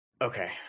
Okay